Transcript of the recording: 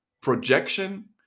projection